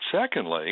secondly